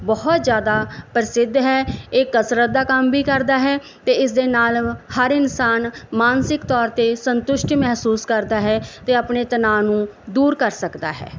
ਬਹੁਤ ਜ਼ਿਆਦਾ ਪ੍ਰਸਿੱਧ ਹੈ ਇਹ ਕਸਰਤ ਦਾ ਕੰਮ ਵੀ ਕਰਦਾ ਹੈ ਅਤੇ ਇਸ ਦੇ ਨਾਲ ਹਰ ਇਨਸਾਨ ਮਾਨਸਿਕ ਤੌਰ 'ਤੇ ਸੰਤੁਸ਼ਟੀ ਮਹਿਸੂਸ ਕਰਦਾ ਹੈ ਅਤੇ ਆਪਣੇ ਤਣਾਅ ਨੂੰ ਦੂਰ ਕਰ ਸਕਦਾ ਹੈ